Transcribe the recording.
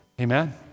Amen